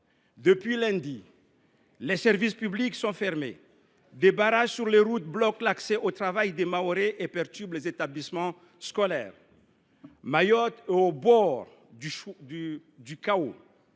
Depuis lundi dernier, les services publics sont fermés, des barrages sur les routes bloquent l’accès au travail des Mahorais et perturbent les établissements scolaires. Mayotte sera au bord du chaos